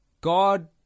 God